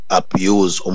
abuse